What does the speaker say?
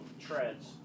treads